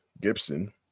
Gibson